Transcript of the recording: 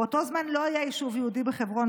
באותו זמן לא היה בכלל יישוב יהודי בחברון.